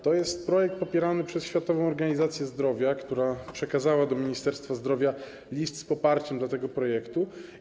To jest projekt popierany przez Światową Organizację Zdrowia, która przekazała do Ministerstwa Zdrowia list z poparciem dla tego projektu.